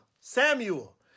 Samuel